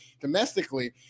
domestically